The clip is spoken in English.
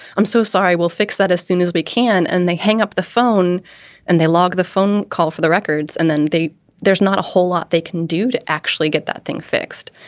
i'm so sorry, we'll fix that as soon as we can. and they hang up the phone and they log the phone call for the records and then they there's not a whole lot they can do to actually get that thing fixed.